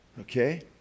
Okay